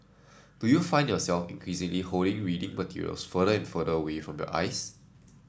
do you find yourself increasingly holding reading materials further and further away from your eyes